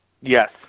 Yes